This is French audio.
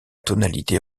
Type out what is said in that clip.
tonalité